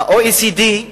ה-OECD,